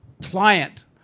pliant